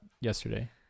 yesterday